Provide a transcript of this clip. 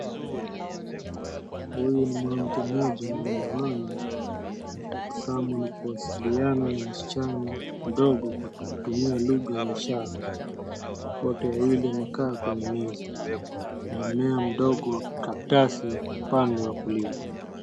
Huyu ni mwanamke mmoja mwenye miwani anatabasamu na kuwasiliana na msichana mdogo kwa kutumia lugha ya ishara. Wote wawili wamekaa kwenye meza na mmea mdogo wa karatasi upande wa kulia.